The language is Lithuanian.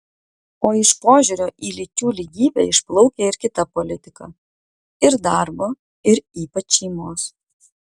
o iš požiūrio į lyčių lygybę išplaukia ir kita politika ir darbo ir ypač šeimos